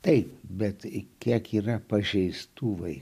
taip bet į kiek yra pažeistų vaikų